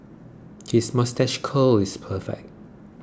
his moustache curl is perfect